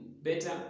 better